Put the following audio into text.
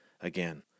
again